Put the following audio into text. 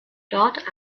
dort